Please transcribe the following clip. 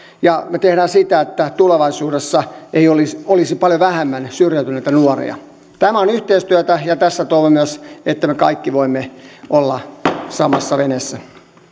ja me teemme sen jotta tulevaisuudessa olisi olisi paljon vähemmän syrjäytyneitä nuoria tämä on yhteistyötä ja tässä toivon että me kaikki voimme olla samassa veneessä